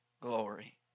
glory